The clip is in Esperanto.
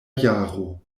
jaro